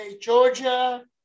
Georgia